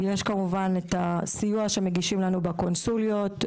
יש כמובן את הסיוע שמגישים לנו בקונסוליות,